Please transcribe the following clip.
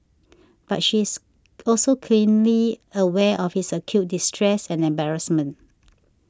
but she is also keenly aware of his acute distress and embarrassment